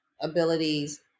abilities